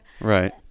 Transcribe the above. right